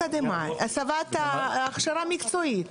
הכשרה מקצועית.